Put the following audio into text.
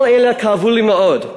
כל אלה כאבו לי מאוד,